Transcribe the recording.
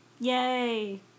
Yay